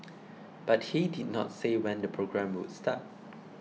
but he did not say when the programme would start